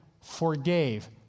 forgave